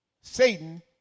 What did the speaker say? Satan